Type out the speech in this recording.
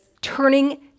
turning